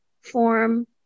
form